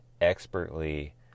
expertly